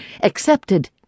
accepted